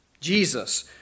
Jesus